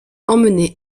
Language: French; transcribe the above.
emmené